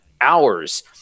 hours